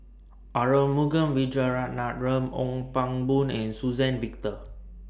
Arumugam Vijiaratnam Ong Pang Boon and Suzann Victor